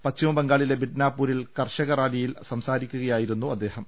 പശ്ചിമബംഗാളിലെ മിഡ്നാപൂരിൽ കർഷക റാലിയിൽ സംസാരിക്കുകയായിരുന്നു അദ്ദേഹം